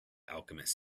alchemist